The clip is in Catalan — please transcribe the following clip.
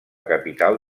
capital